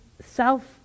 self